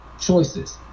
choices